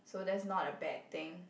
so that's not a bad thing